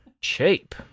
Cheap